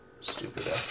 stupid